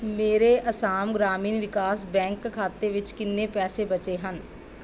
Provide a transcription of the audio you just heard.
ਮੇਰੇ ਅਸਾਮ ਗ੍ਰਾਮੀਣ ਵਿਕਾਸ ਬੈਂਕ ਖਾਤੇ ਵਿੱਚ ਕਿੰਨੇ ਪੈਸੇ ਬਚੇ ਹਨ